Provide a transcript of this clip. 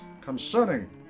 concerning